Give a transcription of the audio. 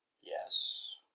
Yes